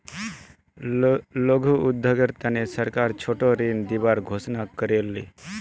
लघु उद्योगेर तने सरकार छोटो ऋण दिबार घोषणा कर ले